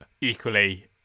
equally